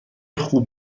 خوب